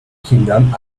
kindern